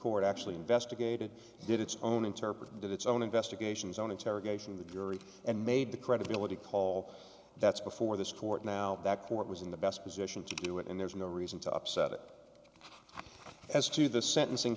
court actually investigated did its own interpret did its own investigations on interrogation the jury and made the credibility call that's before this court now that court was in the best position to do it and there's no reason to upset it as to the sentencing